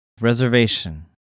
Reservation